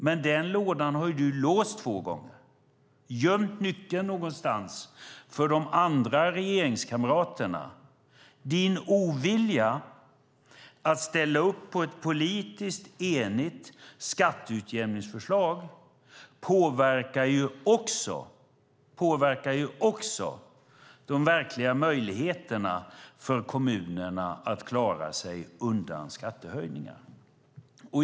Men den lådan har du låst två gånger och gömt nyckeln någonstans för de andra regeringskamraterna. Din ovilja att ställa upp på ett politiskt enigt skatteutjämningsförslag påverkar också kommunernas möjligheter att klara sig undan skattehöjningar.